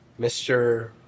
Mr